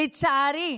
לצערי,